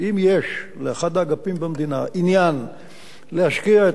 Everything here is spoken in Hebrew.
אם יש לאחד האגפים במדינה עניין להשקיע את